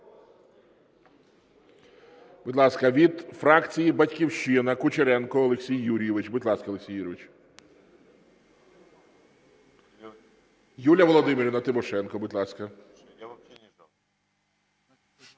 Будь ласка, від фракції "Батьківщина" Кучеренко Олексій Юрійович. Будь ласка, Олексій Юрійович. Юлія Володимирівна Тимошенко, будь ласка.